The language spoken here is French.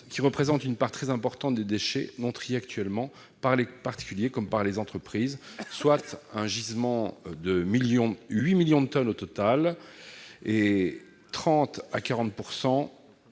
représentent une part très importante des déchets non triés actuellement par les particuliers comme par les entreprises. C'est un gisement de 8 millions de tonnes au total, soit 30 % à 40